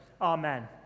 Amen